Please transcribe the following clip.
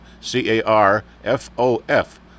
C-A-R-F-O-F